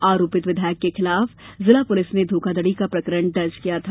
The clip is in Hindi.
आरोपित विधायक के खिलाफ जिला पुलिस ने धोखाधड़ी का प्रकरण दर्ज किया था